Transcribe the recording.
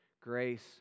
Grace